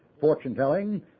fortune-telling